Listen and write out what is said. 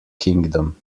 kingdom